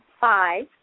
five